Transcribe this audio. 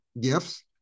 gifts